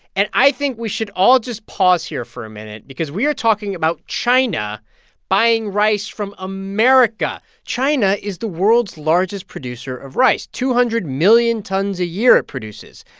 and i think we should all just pause here for a minute because we are talking about china buying rice from america. china is the world's largest producer of rice two hundred million tons a year it produces.